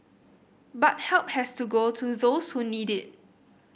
but help has to go to those who need it